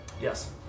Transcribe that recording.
Yes